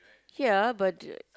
ya but